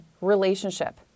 relationship